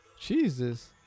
Jesus